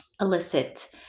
elicit